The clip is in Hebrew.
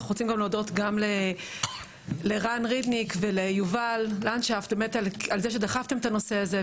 אנחנו רוצים להודות גם לרן רידניק וליובל על זה שדחפתם את הנושא הזה,